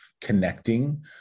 connecting